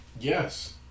Yes